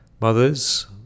mothers